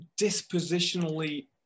dispositionally